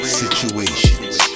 situations